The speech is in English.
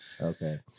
Okay